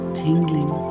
tingling